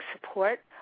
support